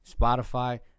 Spotify